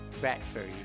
Bradbury